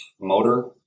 motor